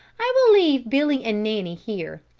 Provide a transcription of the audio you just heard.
i will leave billy and nanny here,